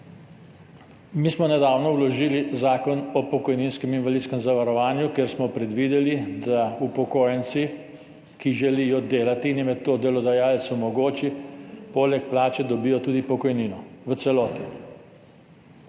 Mi smo nedavno vložili Zakon o pokojninskem in invalidskem zavarovanju, kjer smo predvideli, da upokojenci, ki želijo delati in jim je to delodajalec omogoči, poleg plače dobijo tudi pokojnino v celoti.